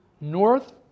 north